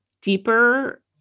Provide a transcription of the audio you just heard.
deeper